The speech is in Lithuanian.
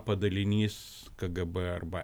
padalinys kgb arba